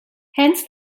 hence